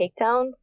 takedown